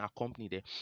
accompanied